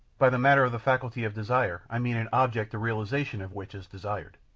by the matter of the faculty of desire i mean an object the realization of which is desired.